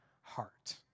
heart